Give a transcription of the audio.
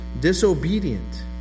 disobedient